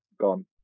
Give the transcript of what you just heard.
gone